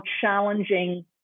challenging